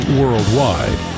worldwide